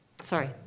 Sorry